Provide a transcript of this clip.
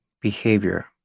behavior